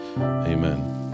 Amen